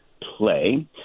play